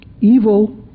evil